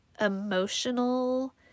emotional